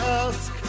ask